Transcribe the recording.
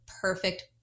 perfect